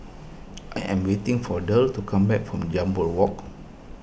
I am waiting for Derl to come back from Jambol Walk